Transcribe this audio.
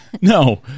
no